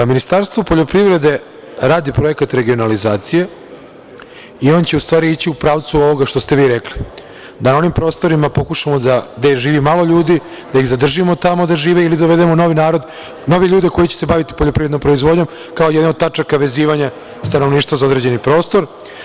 Ministarstvo poljoprivrede radi projekat regionalizacije i on će u stvari ići u pravcu ovoga što ste vi rekli da na onim prostorima pokušamo gde živi malo ljudi da ih zadržimo tamo da žive ili dovedemo novi narod, nove ljude koji će se baviti poljoprivrednom proizvodnjom, kao jedne od tačaka vezivanja stanovništva za određeni prostor.